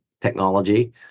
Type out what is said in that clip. Technology